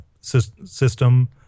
system